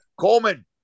Coleman